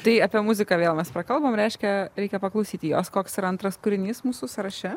tai apie muziką vėl mes kalbam reiškia reikia paklausyti jos koks yra antras kūrinys mūsų sąraše